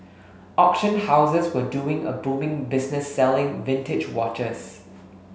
auction houses were doing a booming business selling vintage watches